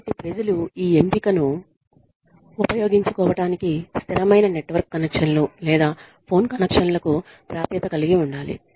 కాబట్టి ప్రజలు ఈ ఎంపికను ఉపయోగించుకోవటానికి స్థిరమైన నెట్వర్క్ కనెక్షన్లు లేదా ఫోన్ కనెక్షన్లకు ప్రాప్యత కలిగి ఉండాలి